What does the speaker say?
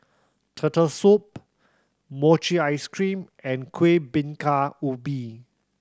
Turtle Soup mochi ice cream and Kueh Bingka Ubi